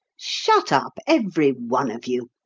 shut up, every one of you.